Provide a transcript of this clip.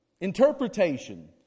interpretation